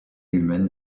humaine